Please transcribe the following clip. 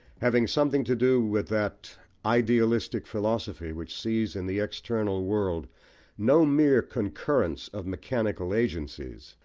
having something to do with that idealistic philosophy which sees in the external world no mere concurrence of mechanical agencies,